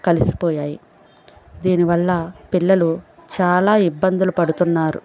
కలిసిపోయాయి దీనివల్ల పిల్లలు చాలా ఇబ్బందులు పడుతున్నారు